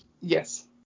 Yes